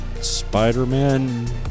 Spider-Man